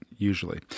usually